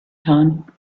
time